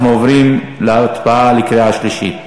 אנחנו עוברים להצבעה בקריאה שלישית.